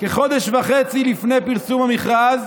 כחודש וחצי לפני פרסום המכרז,